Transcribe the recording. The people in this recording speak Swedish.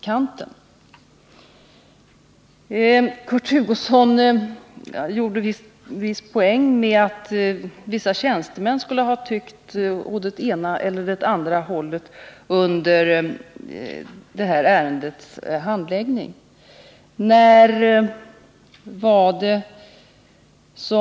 Kurt Hugosson sökte plocka poäng genom att säga att vissa tjänstemän skulle ha tyckt åt det ena eller det andra hållet i samband med det här ärendets handläggning.